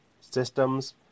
systems